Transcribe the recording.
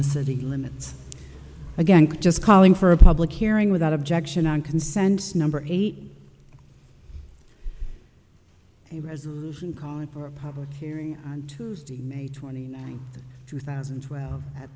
the city limits again just calling for a public hearing without objection on consensus number eight a resolution calling for a public hearing on tuesday may twenty ninth two thousand and twelve at